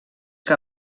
que